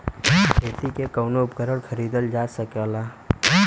खेती के कउनो उपकरण खरीदल जा सकला